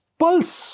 pulse